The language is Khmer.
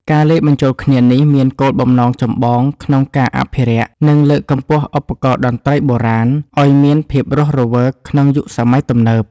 ការលាយបញ្ចូលគ្នានេះមានគោលបំណងចម្បងក្នុងការអភិរក្ស និងលើកកម្ពស់ឧបករណ៍តន្ត្រីបុរាណឱ្យមានភាពរស់រវើកក្នុងយុគសម័យទំនើប។